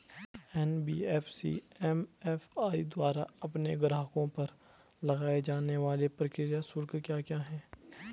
NBFC MFI द्वारा अपने ग्राहकों पर लगाए जाने वाले प्रक्रिया शुल्क क्या क्या हैं?